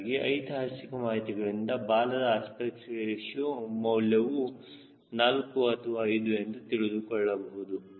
ಹೀಗಾಗಿ ಐತಿಹಾಸಿಕ ಮಾಹಿತಿಗಳಿಂದ ಬಾಲದ ಅಸ್ಪೆಕ್ಟ್ ರೇಶಿಯೋ ಮೌಲ್ಯವು 4 ಅಥವಾ 5 ಎಂದು ತೆಗೆದುಕೊಳ್ಳಬಹುದು